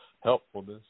helpfulness